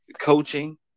coaching